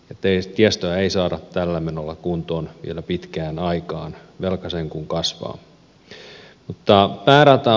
tiestöä ei saada tällä menolla kuntoon vielä pitkään aikaan velka sen kun kasvaa